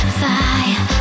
fire